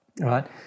Right